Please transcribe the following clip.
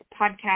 podcast